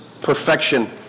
perfection